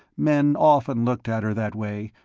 men often looked at her that way,